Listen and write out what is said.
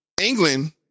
England